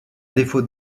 défaut